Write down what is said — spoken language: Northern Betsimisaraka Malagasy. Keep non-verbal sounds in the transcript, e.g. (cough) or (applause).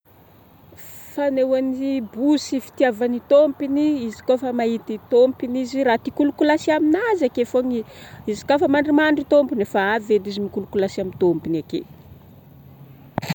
(noise) fanehôany bosy fitiavany tômpony, izy kôa fa mahity tômpiny izy ra ty kolakolasy aminajy akeo fôgna i,izy kôa fa mandrimandry i tômpiny efa avy edy izy mikolakolasy amin'ny tômpiny akeo (noise)